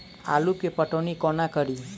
आलु केँ पटौनी कोना कड़ी?